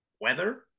Weather